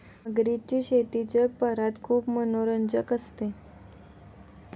मगरीची शेती जगभरात खूप मनोरंजक असते